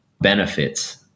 benefits